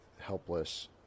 helpless